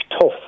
tough